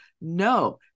No